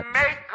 make